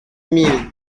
mille